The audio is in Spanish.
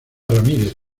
ramírez